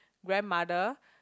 grandmother